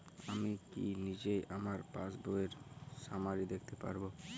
আমি কি নিজেই আমার পাসবইয়ের সামারি দেখতে পারব?